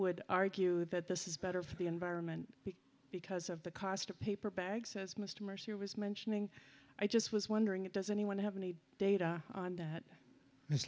would argue that this is better for the environment because of the cost of paper bags says mr mercer was mentioning i just was wondering does anyone have any data on that